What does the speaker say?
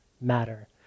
matter